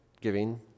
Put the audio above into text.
giving